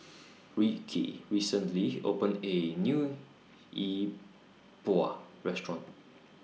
Rikki recently opened A New Yi Bua Restaurant